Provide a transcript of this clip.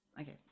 Okay